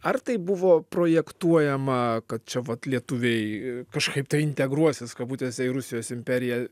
ar tai buvo projektuojama kad čia vat lietuviai kažkaip tai integruosis kabutėse į rusijos imperiją